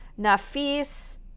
Nafis